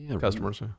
customers